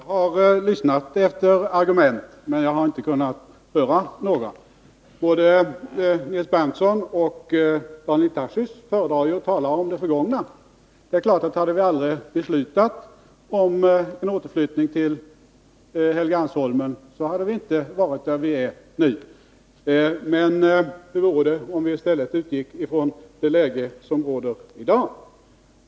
Fru talman! Jag har lyssnat efter argument, men jag har inte kunnat höra några. Både Nils Berndtson och Daniel Tarschys föredrar att tala om det förgångna. Det är klart att hade vi aldrig beslutat om en återflyttning till Helgeandsholmen, så hade vi inte befunnit oss i den situation som vi nu är i. Men hur vore det om ni i stället utgick från det läge som råder i dag?